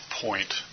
point